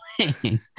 playing